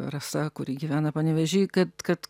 rasa kuri gyvena panevėžy kad kad